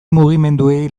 mugimenduei